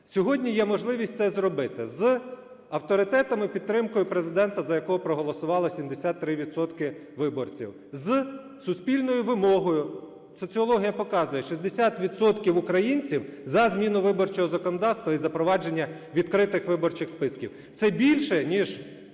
Сьогодні є можливість це зробити з авторитетом і підтримкою Президента, за якого проголосувало 73 відсотки виборців, з суспільною вимогою. Соціологія показує: 60 відсотків українців за зміну виборчого законодавства і запровадження відкритих виборчих списків. Це більше ніж